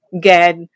get